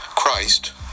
Christ